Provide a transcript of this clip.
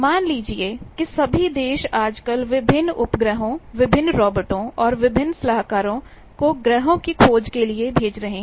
मान लीजिए कि सभी देश आजकल विभिन्न उपग्रहों विभिन्न रोबोटों और विभिन्न सलाहकारोंको ग्रहों की खोज करने के लिए भेज रहे हैं